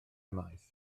maes